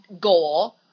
goal